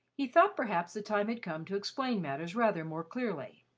he thought perhaps the time had come to explain matters rather more clearly.